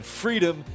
freedom